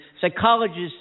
psychologists